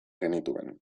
genituen